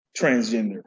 Transgender